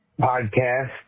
podcast